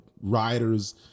riders